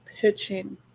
pitching